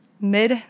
mid